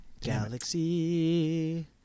Galaxy